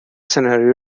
سناریو